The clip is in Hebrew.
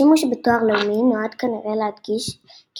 השימוש בתואר "לאומי" נועד כנראה להדגיש כי